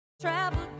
Travel